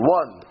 one